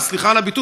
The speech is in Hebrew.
סליחה על הביטוי,